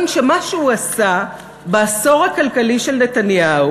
הוא מאמין שמה שהוא עשה בעשור הכלכלי של נתניהו,